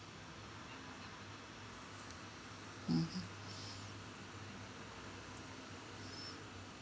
mmhmm